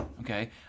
Okay